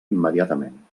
immediatament